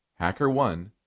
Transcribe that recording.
HackerOne